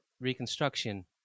reconstruction